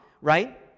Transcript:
right